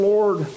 Lord